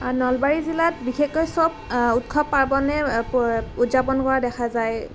নলবাৰী জিলাত বিশেষকৈ চব উৎসৱ পাৰ্বনে উদযাপন কৰা দেখা যায়